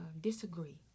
disagree